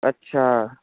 ਅੱਛਾ